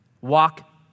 walk